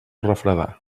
refredar